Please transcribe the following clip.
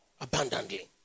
abundantly